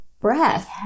breath